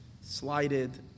slighted